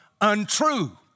untrue